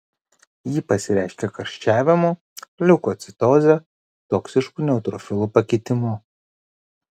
ji pasireiškia karščiavimu leukocitoze toksišku neutrofilų pakitimu